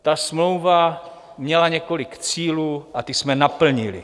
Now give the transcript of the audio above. Ta smlouva měla několik cílů a ty jsme naplnili.